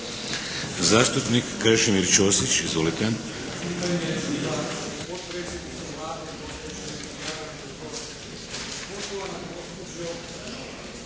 Zastupnik Krešimir Ćosić. **Ćosić,